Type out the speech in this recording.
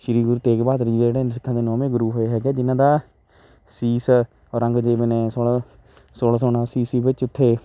ਸ਼੍ਰੀ ਗੁਰੂ ਤੇਗ ਬਹਾਦਰ ਜੀ ਜਿਹੜੇ ਸਿੱਖਾਂ ਦੇ ਨੌਵੇਂ ਗੁਰੂ ਹੋਏ ਹੈਗੇ ਜਿਨ੍ਹਾਂ ਦਾ ਸੀਸ ਔਰੰਗਜ਼ੇਬ ਨੇ ਸੋਲ੍ਹਾਂ ਸੋਲ੍ਹਾਂ ਸੌ ਉਨਾਸੀ ਈਸਵੀ ਵਿੱਚ ਉੱਥੇ